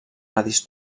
radis